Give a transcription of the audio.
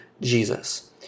Jesus